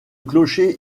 clocher